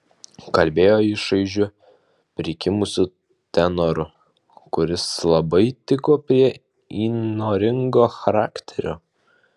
kalbėjo jis šaižiu prikimusiu tenoru kuris labai tiko prie įnoringo charakterio